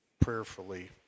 prayerfully